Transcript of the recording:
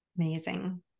Amazing